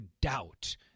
doubt